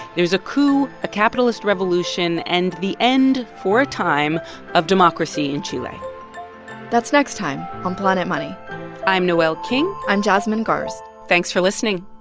there's a coup, a capitalist revolution and the end for a time of democracy in chile that's next time on planet money i'm noel king i'm jasmine garsd thanks for listening